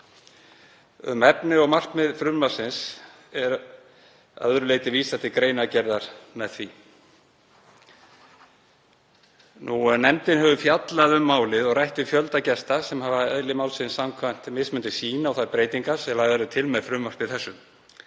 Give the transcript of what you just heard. Um efni og markmið frumvarpsins að öðru leyti vísast til greinargerðar með því. Nefndin hefur fjallað um málið og rætt við fjölda gesta sem hafa eðli málsins samkvæmt mismunandi sýn á þær breytingar sem lagðar eru til með frumvarpi þessu.